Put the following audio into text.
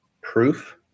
proof